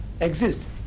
exist